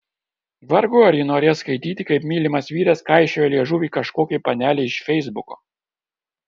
vargu ar ji norės skaityti kaip mylimas vyras kaišiojo liežuvį kažkokiai panelei iš feisbuko